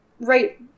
right